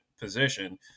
position